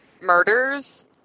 Murders